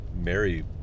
Mary